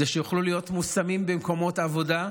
כדי שיוכלו להיות מושמים במקומות עבודה.